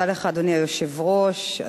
אדוני היושב-ראש,